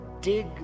dig